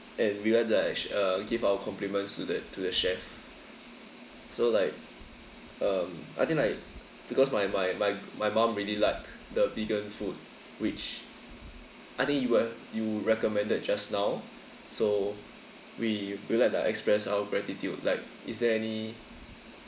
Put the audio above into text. and we want to like sh~ uh give our compliments to the to the chef so like um I think like because my my my my mum really liked the vegan food which I think you would have you recommended just now so we would like to express our gratitude like is there any